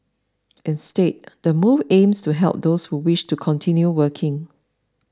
instead the move aims to help those who wish to continue working